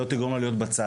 ושלא תגרום לה להיות בצד.